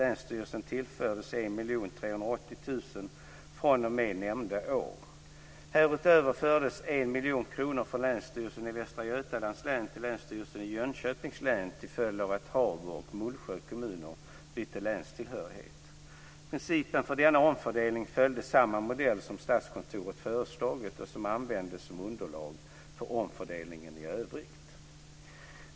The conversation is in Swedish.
Länsstyrelsen i Västra Götalands län till Länsstyrelsen i Jönköpings län till följd av att Habo och Mullsjö kommuner bytte länstillhörighet. Principen för denna omfördelning följde samma modell som Statskontoret föreslagit och som användes som underlag för omfördelningen i övrigt.